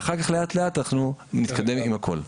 ואחר כך לאט לאט אנחנו נתקדם עם הכול.